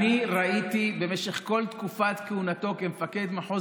אני ראיתי במשך כל תקופת כהונתו כמפקד מחוז